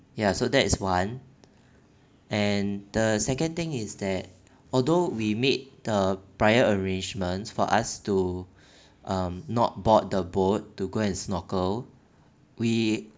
ya so that is one and the second thing is that although we made the prior arrangements for us to um not board the board to go and snorkel we